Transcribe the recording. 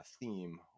theme